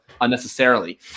unnecessarily